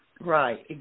Right